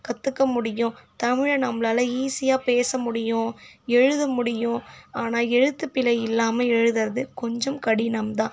கற்றுக்க முடியும் தமிழை நம்மளால ஈஸியாக பேச முடியும் எழுத முடியும் ஆனால் எழுத்துப்பிழை இல்லாமல் எழுதுறது கொஞ்சம் கடினம் தான்